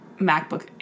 MacBook